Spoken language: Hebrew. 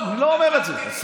אני אמרתי: אולי,